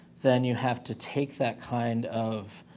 then you have to take that kind of,